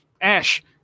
Ash